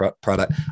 product